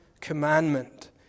commandment